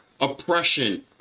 oppression